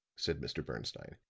said mr. bernstine.